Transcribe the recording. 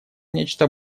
нечто